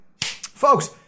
Folks